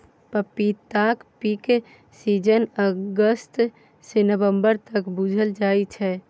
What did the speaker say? पपीताक peak season August सँ November तक बुझल जाइ छै